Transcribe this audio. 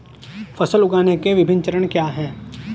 फसल उगाने के विभिन्न चरण क्या हैं?